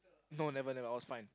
no never never I was fine